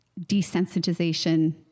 desensitization